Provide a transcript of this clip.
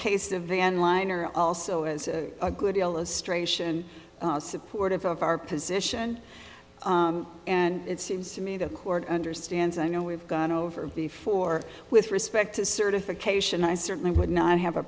case of van liner also as a good illustration supportive of our position and it seems to me the court understands i know we've gone over before with respect to certification i certainly would not have a